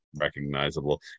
recognizable